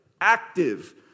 Active